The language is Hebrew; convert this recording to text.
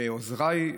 ועוזריי,